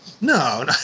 No